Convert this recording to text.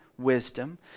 wisdom